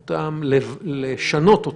בסמכות לשנות אותן.